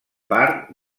part